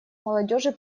молодежи